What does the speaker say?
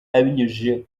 abinyujije